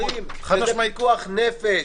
אומרים שזה פיקוח נפש,